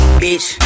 bitch